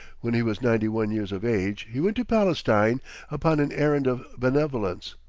when he was ninety-one years of age he went to palestine upon an errand of benevolence.